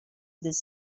this